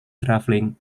traveling